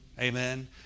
Amen